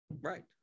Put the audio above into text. Right